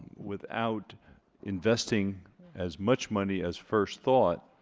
without investing as much money as first thought